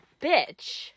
bitch